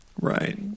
Right